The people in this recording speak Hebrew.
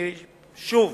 אני שוב